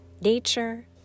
nature